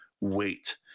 wait